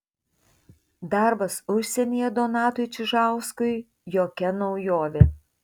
darbas užsienyje donatui čižauskui jokia naujovė